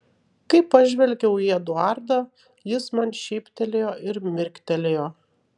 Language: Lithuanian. kai pažvelgiau į eduardą jis man šyptelėjo ir mirktelėjo